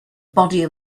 body